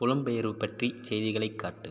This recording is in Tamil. புலம்பெயர்வு பற்றி செய்திகளைக் காட்டு